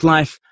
Life